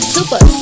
Super